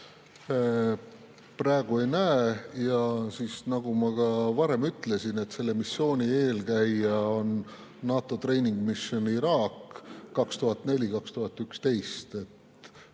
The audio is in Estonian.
Praegu ei näe. Ja nagu ma ka varem ütlesin, selle missiooni eelkäija on NATO treeningmissioon Iraagis 2004–2011.